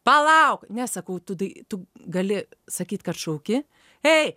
palauk ne sakau tu tai tu gali sakyt kad šauki ei